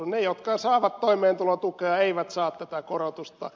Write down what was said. ne jotka saavat toimeentulotukea eivät saa tätä korotusta